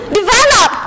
develop